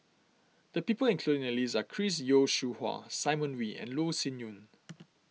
the people included in the list are Chris Yeo Siew Hua Simon Wee and Loh Sin Yun